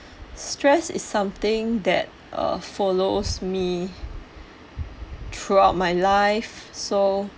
stress is something that uh follows me throughout my life so